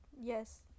yes